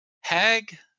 Hag